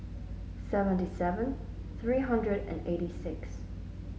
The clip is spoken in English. seventy seven three hundred and eighty six